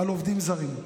על עובדים זרים.